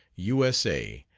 u s a,